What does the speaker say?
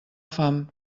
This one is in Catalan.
fam